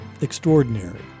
extraordinary